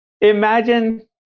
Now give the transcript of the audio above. imagine